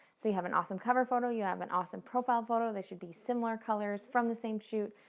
so you have an awesome cover photo, you have an awesome profile photo. they should be similar colors, from the same shoot,